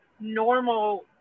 normal